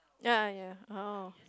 ya ya oh